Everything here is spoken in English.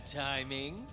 timing